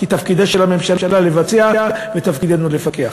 כי תפקידה של הממשלה לבצע ותפקידנו לפקח.